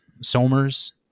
Somers